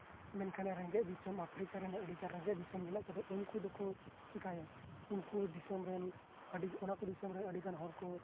ᱢᱮᱱᱠᱷᱟᱱ ᱨᱮᱸᱜᱮᱡ ᱫᱤᱥᱚᱢ ᱟᱯᱯᱷᱨᱤᱠᱟ ᱨᱮᱫᱚ ᱟᱹᱰᱤ ᱜᱟᱱ ᱨᱮᱸᱜᱮᱡ ᱫᱤᱥᱚᱢᱢᱮᱱᱟᱜ ᱫᱚ ᱩᱱᱠᱩ ᱫᱚᱠᱚ ᱪᱮᱠᱟᱭᱟ ᱩᱱᱠᱩ ᱫᱤᱥᱚᱢ ᱨᱮ ᱟᱹᱰᱤ ᱚᱱᱟᱠᱚ ᱫᱤᱥᱚᱢ ᱨᱮᱱ ᱟᱹᱰᱤ ᱜᱟᱱ ᱦᱚᱲ ᱠᱚ